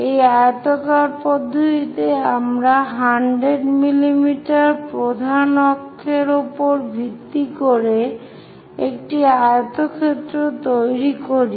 এই আয়তাকার পদ্ধতিতে আমরা 100 mm প্রধান অক্ষের উপর ভিত্তি করে একটি আয়তক্ষেত্র তৈরি করি